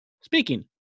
Speaking